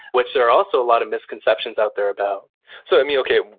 which there are also a lot of misconceptions out there about so um yeah okay,